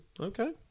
Okay